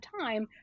time